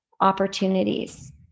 opportunities